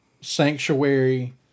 Sanctuary